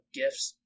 gifts